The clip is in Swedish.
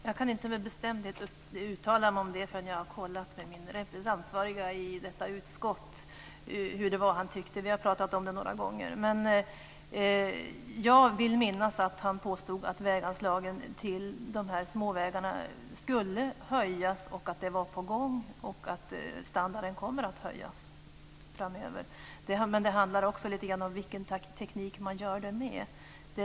Herr talman! Jag kan inte med bestämdhet uttala mig om det förrän jag har kollat med Miljöpartiets ansvarige representant i detta utskott. Vi har pratat om det några gånger, och jag vill minnas att han påstod att väganslaget till de små vägarna skulle höjas, att det var på gång och att standarden kommer att höjas framöver. Men det handlar också om vilken teknik man använder sig av.